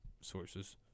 sources